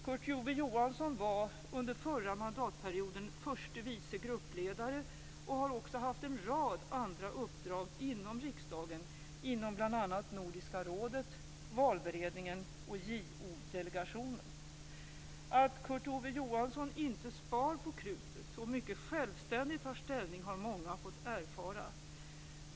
Kurt Ove Johansson var under förra mandatperioden förste vice gruppledare och har också haft en rad andra uppdrag inom riksdagen, inom bl.a. Nordiska rådet, valberedningen och JO-delegationen. Att Kurt Ove Johansson inte sparar på krutet och mycket självständigt tar ställning har många fått erfara.